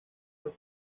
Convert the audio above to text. los